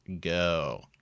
go